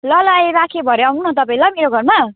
ल ल अहिले राखेँ भरे आउनु न तपाईँ ल मेरो घरमा